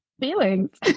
feelings